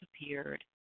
disappeared